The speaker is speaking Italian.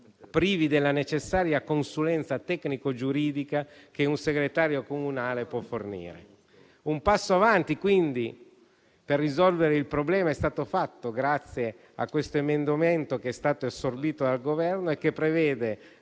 privi della necessaria consulenza tecnico-giuridica che un segretario comunale può fornire. Un passo avanti per risolvere il problema è stato fatto quindi grazie a questo emendamento, che è stato assorbito dal Governo e che prevede,